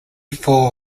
four